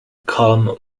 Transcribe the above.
calm